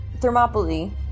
Thermopylae